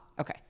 okay